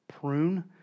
prune